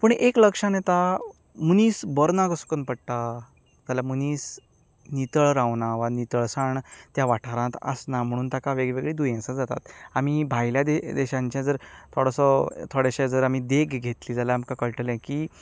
पूण एक लक्षांत येता मनीस बरो ना कसो करून पडटा जाल्यार मनीस नितळ रावना वा नितळसाण त्या वाठारांत आसना म्हणून ताका वेग वेगळीं दुयेंसां जातात आमी भायल्या देशांचे जर थोडोसो थोडेशें जर देख घेतली जाल्यार आमकां कळटलें की